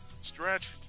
stretch